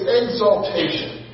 exaltation